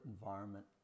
environment